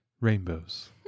rainbows